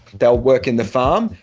they'll work in the farm,